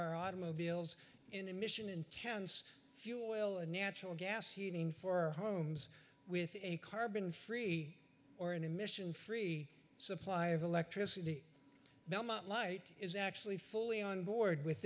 our automobiles in emission intense fuel oil and natural gas heating for our homes with a carbon free or an emission free supply of electricity belmont light is actually fully onboard with